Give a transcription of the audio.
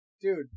dude